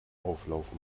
auflauf